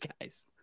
guys